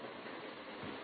மாணவர் பார்க்க நேரம் 1447